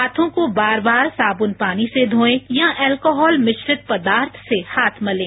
हाथों को बार बार साबुन पानी से धोएं या अल्कोहल मिश्रित पदार्थ से हाथ मलें